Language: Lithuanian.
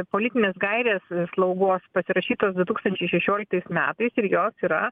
politinės gairės slaugos pasirašytos du tūkstančiai šešioliktais metais ir jos yra